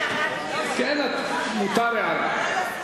חבל על הזמן.